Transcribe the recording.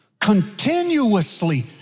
continuously